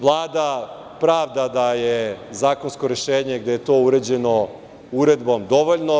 Vlada pravda da je zakonsko rešenje, gde je to uređeno uredbom, dovoljno.